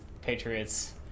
Patriots